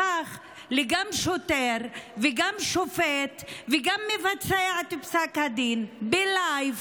הפך גם לשוטר וגם לשופט וגם למבצע את פסק הדין בלייב,